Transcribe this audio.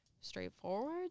straightforward